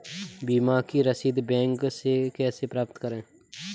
बीमा की रसीद बैंक से कैसे प्राप्त करें?